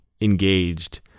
engaged